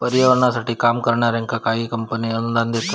पर्यावरणासाठी काम करणाऱ्यांका काही कंपने अनुदान देतत